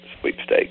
sweepstakes